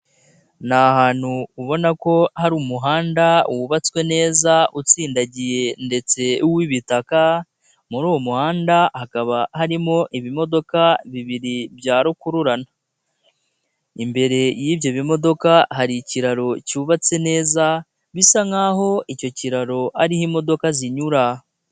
Ni ahantutu ubona ko hari umuhanda wubatswe neza, utsindagiye ndetse uw'ibitaka muri uwo muhanda hakaba harimo ibimodoka bibiri bya rukururana, imbere y'ibyo bimodoka hari ikiraro cyubatse neza bisa nkaho icyo kiraro ariho imodoka zinyura.